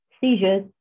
seizures